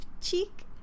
cheek